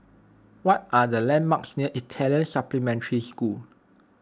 what are the landmarks near Italian Supplementary School